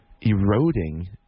Eroding